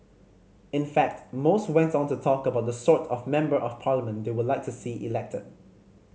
in fact most went on to talk about the sort of Member of Parliament they would like to see elected